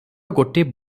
ଗୋଟିଏ